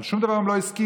על שום דבר הם לא הסכימו.